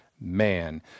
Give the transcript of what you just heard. man